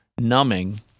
numbing